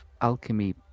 alchemy